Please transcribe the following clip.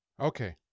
Okay